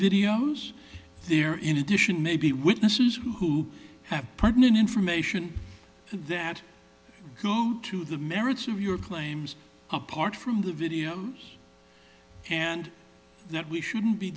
videos there in addition maybe witnesses who who have pardon and information that go to the merits of your claims apart from the videos and that we shouldn't be